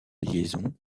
liaison